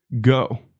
go